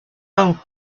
own